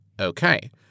Okay